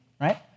right